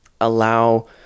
allow